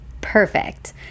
Perfect